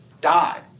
die